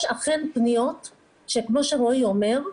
יש אכן פניות שרועי אומר,